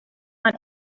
want